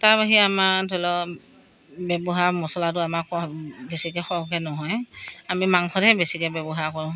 তাৰ বাহিৰে আমাৰ ধৰি লওক ব্যৱহাৰ মছলাটো আমাৰ বেছিকৈ সৰহকৈ নহয় আমি মাংসতহে বেছিকৈ ব্যৱহাৰ কৰোঁ